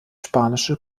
spanische